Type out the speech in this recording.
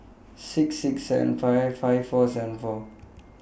six six seven five five four seven four